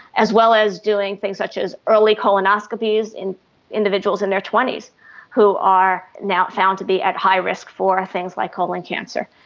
as well as doing things such as early colonoscopies in individuals in their twenty s who are now found to be at high risk for things like colon cancer.